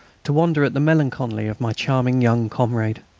to wonder at the melancholy of my charming young comrade.